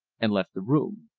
and left the room.